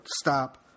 stop